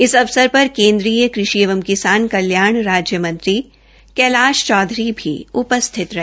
इस अवसर पर केंद्रीय कृषि एवं किसान कल्याण राज्य मंत्री श्री कैलाश चौधरी भी उपस्थित रहे